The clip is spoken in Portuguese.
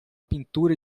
pintura